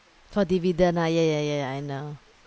for dividend ah ya ya ya ya I know